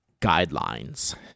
guidelines